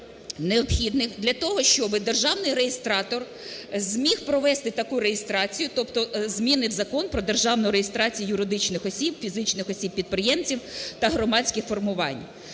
для того, щоби державний реєстратор зміг провести таку реєстрацію, тобто зміни в Закон "Про державну реєстрацію юридичних осіб, фізичних осіб-підприємців та громадських формувань".